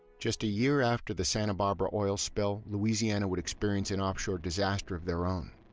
just a year after the santa barbara oil spill, louisiana would experience an offshore disaster of their own.